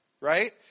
right